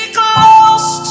close